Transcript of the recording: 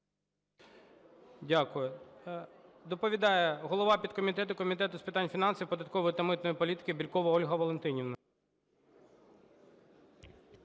Дякую. Доповідає голові підкомітету Комітету з питань фінансів, податкової та митної політики Бєлькова Ольга Валентинівна.